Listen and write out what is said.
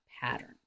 pattern